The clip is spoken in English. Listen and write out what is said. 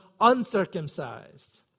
uncircumcised